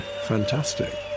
Fantastic